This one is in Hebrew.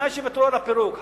בתנאי שיוותרו על הפירוק.